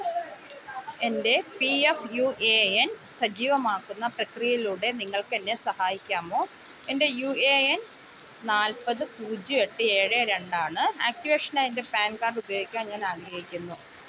എൻ്റെ P F U A N സജീവമാക്കുന്ന പ്രക്രിയയിലൂടെ നിങ്ങൾക്ക് എന്നെ സഹായിക്കാമോ എൻ്റെ യു എ എൻ നാൽപ്പത് പൂജ്യം എട്ട് ഏഴ് രണ്ട് ആണ് ആക്റ്റിവേഷനായി എൻ്റെ പാൻ കാർഡ് ഉപയോഗിക്കാൻ ഞാൻ ആഗ്രഹിക്കുന്നു